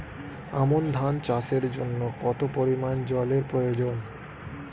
আমন ধান চাষের জন্য কত পরিমান জল এর প্রয়োজন?